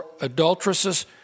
adulteresses